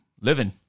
living